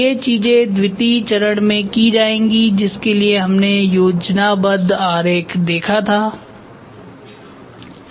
तो ये चीजें द्वितीय चरण में की जाएंगी जिसके लिए हमने योजनाबद्ध आरेख देखाथा